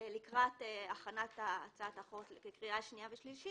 לקראת הכנת הצעת החוק לקריאה שנייה ושלישית,